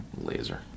laser